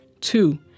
Two